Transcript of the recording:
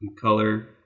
color